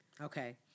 Okay